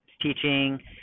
teaching